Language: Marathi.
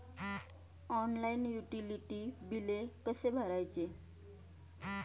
ऑनलाइन युटिलिटी बिले कसे भरायचे?